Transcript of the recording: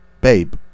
babe